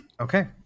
okay